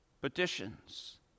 petitions